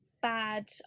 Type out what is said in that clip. bad